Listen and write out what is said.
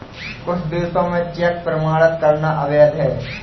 कुछ देशों में चेक प्रमाणित करना अवैध है